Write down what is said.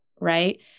Right